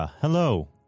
hello